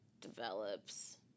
develops